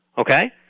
okay